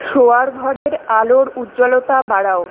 শোয়ার ঘরের আলোর উজ্জ্বলতা বাড়াও